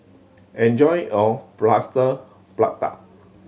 enjoy your Plaster Prata